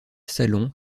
salon